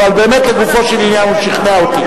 אבל באמת לגופו של עניין הוא שכנע אותי.